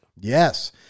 Yes